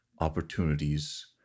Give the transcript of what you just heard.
opportunities